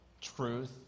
truth